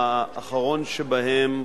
האחרון שבהם,